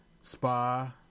Spa